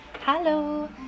Hello